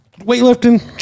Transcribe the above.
weightlifting